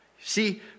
see